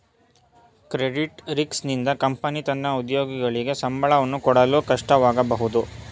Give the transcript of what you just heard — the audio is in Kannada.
ಕ್ರೆಡಿಟ್ ರಿಸ್ಕ್ ನಿಂದ ಕಂಪನಿ ತನ್ನ ಉದ್ಯೋಗಿಗಳಿಗೆ ಸಂಬಳವನ್ನು ಕೊಡಲು ಕಷ್ಟವಾಗಬಹುದು